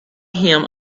him